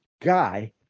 guy